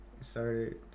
started